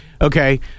Okay